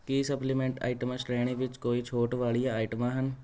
ਕੀ supplement ਆਈਟਮਾਂ ਸ਼੍ਰੇਣੀ ਵਿੱਚ ਕੋਈ ਛੋਟ ਵਾਲੀਆਂ ਆਈਟਮਾਂ ਹਨ